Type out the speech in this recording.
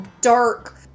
dark